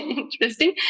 interesting